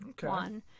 one